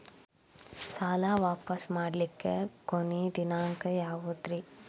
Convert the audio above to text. ಸಾಲಾ ವಾಪಸ್ ಮಾಡ್ಲಿಕ್ಕೆ ಕೊನಿ ದಿನಾಂಕ ಯಾವುದ್ರಿ?